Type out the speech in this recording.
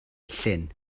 llyn